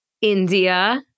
India